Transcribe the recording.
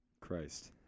Christ